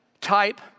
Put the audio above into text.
type